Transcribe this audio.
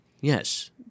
Yes